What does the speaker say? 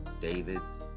Davids